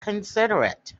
considerate